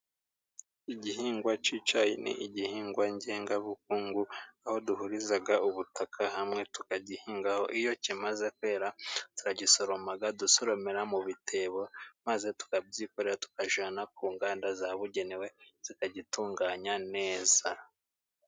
Igihingwa cy'icyayi ni igihingwa ngengabukungu aho duhuriza ubutaka hamwe tukagihingaho iyo kimaze kwera turagisoroma dusoromera mu bitebo maze tukabyikorera tukajyana ku nganda zabugenewe zikagitunganya neza.